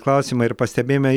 klausimai ir pastebėjimai